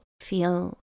feel